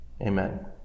Amen